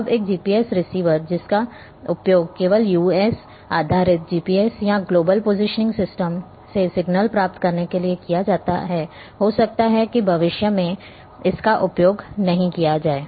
अब एक GPS receiver जिसका उपयोग केवल यूएस आधारित जीपीएस या ग्लोबल पोजिशनिंग सिस्टम से सिग्नल प्राप्त करने के लिए किया जाता है हो सकता है की भविष्य में इसका उपयोग नहीं किया जाए